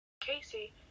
Casey